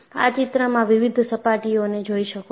આ ચિત્રમાં વિવિધ સપાટીઓને જોઈ શકો છે